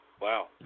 Wow